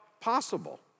possible